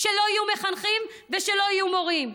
שלא יהיו מחנכים ושלא יהיו מורים.